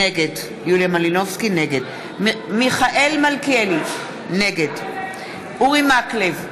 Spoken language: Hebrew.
נגד מיכאל מלכיאלי, נגד אורי מקלב,